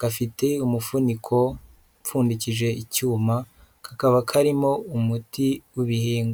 gafite umufuniko upfundikije icyuma, kakaba karimo umuti w'ibihingwa.